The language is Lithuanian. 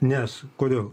nes kodėl